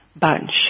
bunch